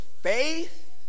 faith